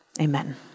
Amen